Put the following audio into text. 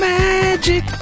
magic